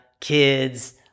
kids